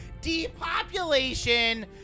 Depopulation